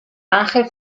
ángel